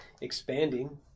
expanding